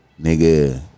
nigga